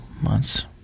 months